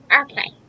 Okay